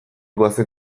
goazen